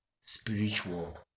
spiritual